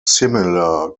similar